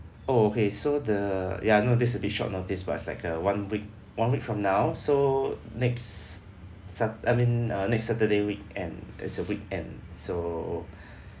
oh okay so the ya I know this is a bit short notice but it's like a one week one week from now so next sat~ I mean uh next saturday weekend it's a weekend so